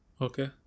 Okay